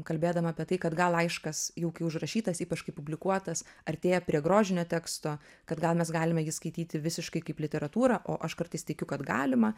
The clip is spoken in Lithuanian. kalbėdama apie tai kad gal laiškas jau kai užrašytas ypač kai publikuotas artėja prie grožinio teksto kad gal mes galime jį skaityti visiškai kaip literatūrą o aš kartais tikiu kad galima